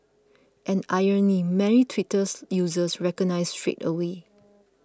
an irony many Twitters users recognised straight away